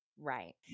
right